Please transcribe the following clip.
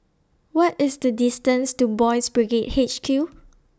What IS The distance to Boys' Brigade H Q